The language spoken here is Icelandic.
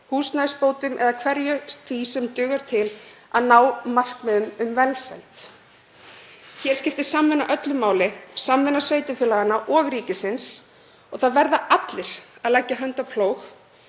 húsnæðisbótum eða hverju því sem dugar til að ná markmiðum um velsæld. Hér skiptir samvinna öllu máli, samvinna sveitarfélaganna og ríkisins, og það verða allir að leggja hönd á plóg.